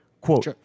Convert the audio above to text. Quote